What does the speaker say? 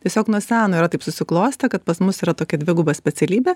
tiesiog nuo seno yra taip susiklostę kad pas mus yra tokia dviguba specialybė